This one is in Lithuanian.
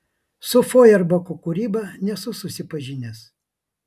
su fojerbacho kūryba nesu susipažinęs